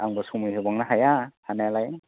आंबो समाय होबांनो हाया हानायालाय